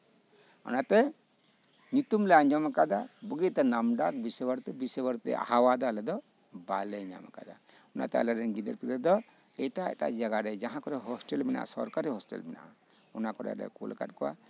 ᱚᱱᱟᱛᱮ ᱧᱩᱛᱩᱢ ᱞᱮ ᱟᱸᱡᱚᱢ ᱟᱠᱟᱫᱟ ᱵᱩᱜᱤᱛᱮ ᱱᱟᱢ ᱰᱟᱠ ᱵᱤᱥᱥᱚ ᱵᱷᱟᱨᱚᱛᱤ ᱦᱟᱣᱟ ᱫᱚ ᱟᱞᱮ ᱫᱚ ᱵᱟᱞᱮ ᱧᱟᱢ ᱟᱠᱟᱫᱟ ᱚᱱᱟᱛᱮ ᱟᱞᱮ ᱨᱮᱱ ᱜᱤᱫᱽᱨᱟᱹ ᱯᱤᱫᱽᱨᱟᱹ ᱫᱚ ᱮᱴᱟᱜ ᱮᱴᱟᱜ ᱡᱟᱭᱜᱟ ᱨᱮ ᱡᱟᱦᱟᱸ ᱠᱚᱨᱮᱫ ᱦᱚᱥᱴᱮᱞ ᱢᱮᱱᱟᱜᱼᱟ ᱥᱚᱨᱠᱟᱨᱤ ᱦᱚᱥᱴᱮᱞ ᱢᱮᱱᱟᱜᱼᱟ ᱚᱱᱟ ᱠᱚᱨᱮᱞᱮ ᱠᱩᱞ ᱟᱠᱟᱫ ᱠᱚᱣᱟ